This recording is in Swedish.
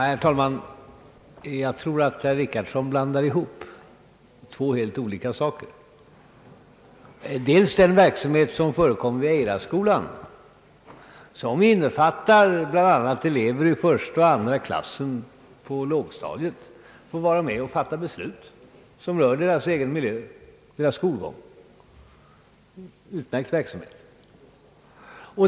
Herr talman! Jag tror att herr Richardson blandar ihop helt olika saker. Den första är den verksamhet som förekommer vid Eiraskolan och som bl.a. innefattar att elever i första och andra klasserna på lågstadiet får vara med om att fatta beslut som rör deras egen miljö och deras skolgång. Det är en utmärkt verksamhet.